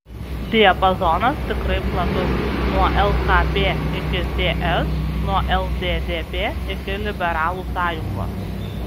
diapazonas tikrai platus nuo lkp iki ts nuo lddp iki liberalų sąjungos